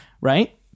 Right